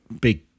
big